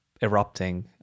erupting